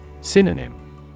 Synonym